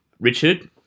Richard